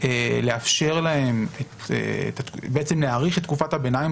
לאפשר להם בעצם להאריך את תקופת הביניים